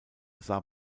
sah